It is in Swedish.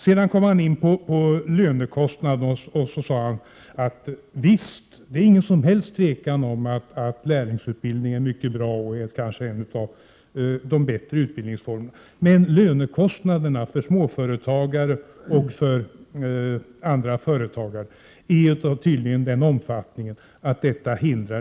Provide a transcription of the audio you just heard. Sedan kom Larz Johansson in på lönekostnader och sade att det inte råder några som helst tvivel om att lärlingsutbildning är mycket bra och kanske en av de bättre utbildningsformerna men att lönekostnaderna för småföretagare och andra tydligen är av den omfattningen att de utgör ett hinder.